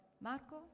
Marco